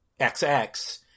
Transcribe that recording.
xx